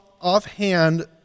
offhand